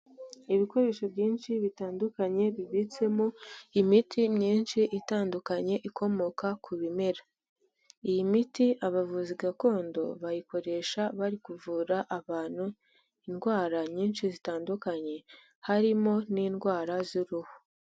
Ibikoresho byinshi bitandukanye bibitsemo imiti myinshi itandukanye ikomoka ku bimera, iyi miti abavuzi gakondo bayikoresha bari kuvura abantu indwara nyinshi zitandukanye, harimo n’indwara z’uruhu.